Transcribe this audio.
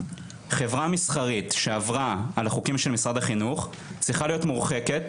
חברה מסחרית שעברה על החוקים של משרד החינוך צריכה להיות מורחקת